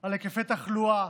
על היקפי תחלואה,